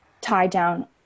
tie-down